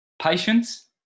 patience